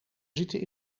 zitten